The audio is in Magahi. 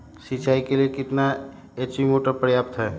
सिंचाई के लिए कितना एच.पी मोटर पर्याप्त है?